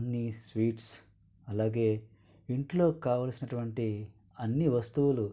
అన్నీ స్వీట్స్ అలాగే ఇంట్లో కావాల్సినటువంటి అన్ని వస్తువులు